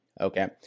okay